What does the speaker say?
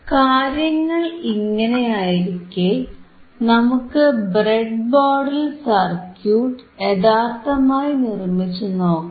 കാര്യങ്ങൾ ഇങ്ങനെയായിരിക്കെ നമുക്ക് ബ്രെഡ്ബോർഡിൽ സർക്യൂട്ട് യഥാർത്ഥമായി നിർമിച്ചു നോക്കാം